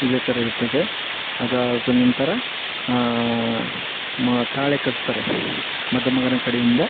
ಇದೆ ಥರ ಇರ್ತದೆ ಅದಾದನಂತರ ಮ ತಾಳಿ ಕಟ್ಟಿಸ್ತಾರೆ ಮದುಮಗನ ಕಡೆಯಿಂದ